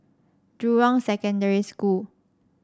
Jurong Secondary School